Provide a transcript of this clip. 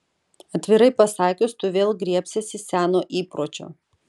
atvirai pasakius tu vėl griebsiesi seno įpročio